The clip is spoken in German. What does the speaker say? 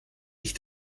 ich